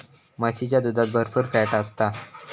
म्हशीच्या दुधात भरपुर फॅट असता